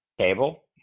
table